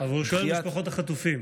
אבל הוא שואל על משפחות החטופים.